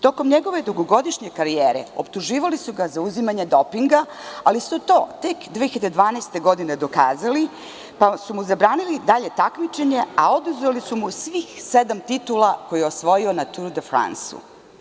Tokom njegove dugogodišnje karijere optuživali su ga za uzimanje dopinga, ali su tu tek 2012. godine dokazali, pa su mu zabranili dalje takmičenje, a oduzeli su mu svih sedam titula koje je osvojio na „Tour de France“